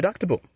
deductible